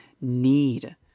need